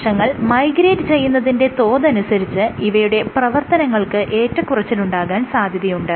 കോശങ്ങൾ മൈഗ്രേറ്റ് ചെയ്യുന്നതിന്റെ തോതനുസരിച്ച് ഇവയുടെ പ്രവർത്തനങ്ങൾക്ക് ഏറ്റക്കുറച്ചിലുണ്ടാകാൻ സാധ്യതയുണ്ട്